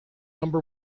number